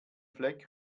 fleck